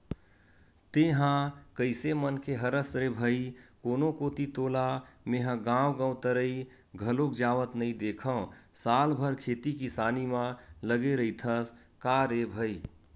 तेंहा कइसे मनखे हरस रे भई कोनो कोती तोला मेंहा गांव गवतरई घलोक जावत नइ देंखव साल भर खेती किसानी म लगे रहिथस का रे भई?